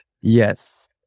Yes